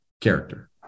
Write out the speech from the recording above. character